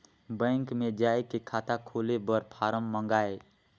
Bank मे जाय के खाता खोले बर फारम मंगाय?